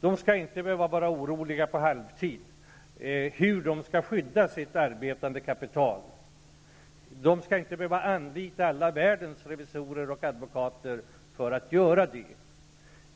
De skall inte behöva vara oroliga på halvtid för hur de skall skydda sitt arbetande kapital. De skall inte behöva anlita alla världens revisorer och advokater för att göra det,